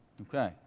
Okay